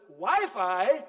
Wi-Fi